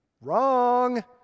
Wrong